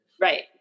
Right